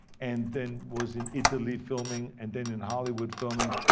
and then was in italy filming, and then in hollywood filming,